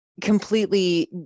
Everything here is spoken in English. completely